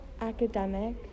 academic